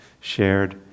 shared